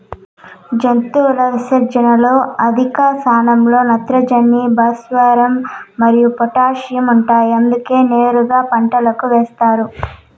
జంతువుల విసర్జనలలో అధిక స్థాయిలో నత్రజని, భాస్వరం మరియు పొటాషియం ఉంటాయి అందుకే నేరుగా పంటలకు ఏస్తారు